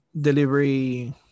delivery